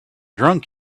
drunk